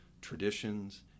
traditions